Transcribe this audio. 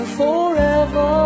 forever